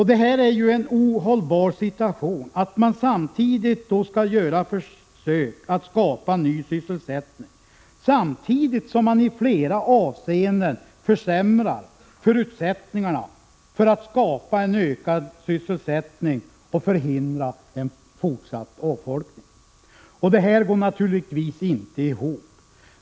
Det är en ohållbar situation att göra försök att skapa ny sysselsättning, samtidigt som man i flera avseenden försämrar förutsättningarna för att skapa en ökad sysselsättning och hindra en fortsatt avfolkning. Det här går naturligtvis inte ihop.